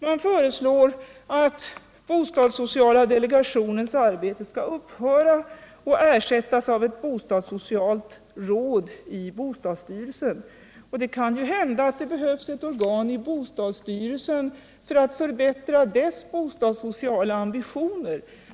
Man föreslår att bostadssociala delegationen skall upphöra och ersättas av ett bostadssocialt råd i bostadsstyrelsen. Det kan hända att det behövs ett organ i bostadsstyrelsen för att förbättra dess bostadssociala ambitioner.